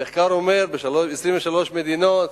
המחקר אומר שב-23 מדינות,